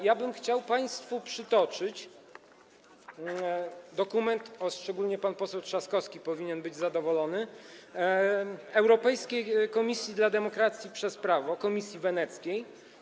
Ja bym chciał państwu przytoczyć dokument - szczególnie pan poseł Trzaskowski powinien być zadowolony - Europejskiej Komisji na rzecz Demokracji przez Prawo, Komisji Weneckiej.